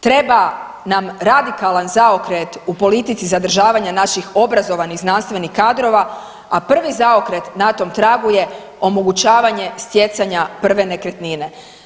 Treba nam radikalan zaokret u politici zadržavanja naših obrazovanih znanstvenih kadrova a prvi zaokret na tom tragu je omogućavanje stjecanja prve nekretnine.